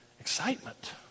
excitement